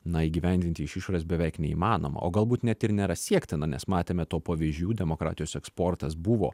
na įgyvendinti iš išorės beveik neįmanoma o galbūt net ir nėra siektina nes matėme to pavyzdžių demokratijos eksportas buvo